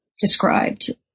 described